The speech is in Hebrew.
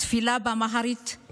התפילה באמהרית היא